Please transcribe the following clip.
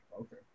Okay